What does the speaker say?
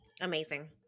Amazing